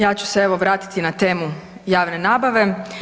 Ja ću se evo, vratiti na temu javne nabave.